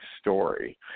story